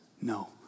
No